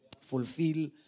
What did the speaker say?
fulfill